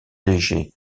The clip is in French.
léger